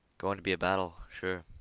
going to be a battle, sure,